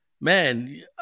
Man